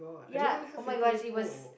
ya oh-my-god it was